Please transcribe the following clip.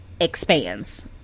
expands